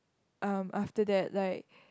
um after that like